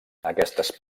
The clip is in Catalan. aquestes